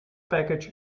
package